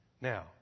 Now